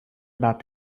about